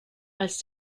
als